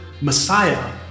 Messiah